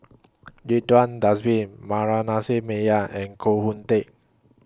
Ridzwan Dzafir Meyer and Koh Hoon Teck